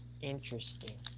Interesting